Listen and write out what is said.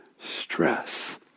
stress